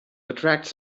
attracts